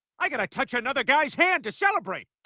i gotta touch another guy's hand to celebrate